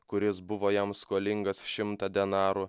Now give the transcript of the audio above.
kuris buvo jam skolingas šimtą denarų